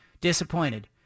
Disappointed